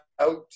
out